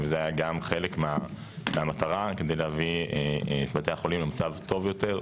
זה היה גם חלק מהמטרה כדי להביא את בתי החולים למצב טוב יותר,